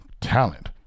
talent